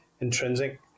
intrinsic